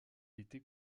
était